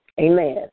Amen